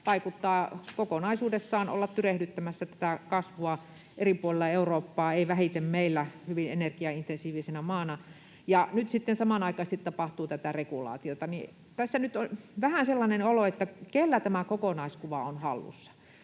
vaikuttaa, kokonaisuudessaan olla tyrehdyttämässä tätä kasvua eri puolilla Eurooppaa, ei vähiten meillä hyvin energiaintensiivisenä maana. Kun nyt sitten samanaikaisesti tapahtuu tätä regulaatiota, niin tässä on vähän sellainen olo, että kellä tämä kokonaiskuva on hallussa.